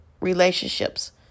relationships